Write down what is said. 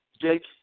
Jake